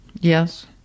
Yes